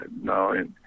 No